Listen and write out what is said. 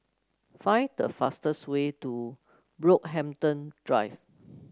find the fastest way to Brockhampton Drive